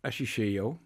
aš išėjau